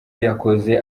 yakoze